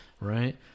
right